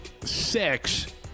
six